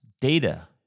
data